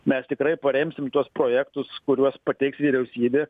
mes tikrai paremsim tuos projektus kuriuos pateiks vyriausybė